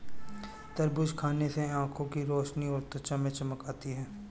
तरबूज खाने से आंखों की रोशनी और त्वचा में चमक आती है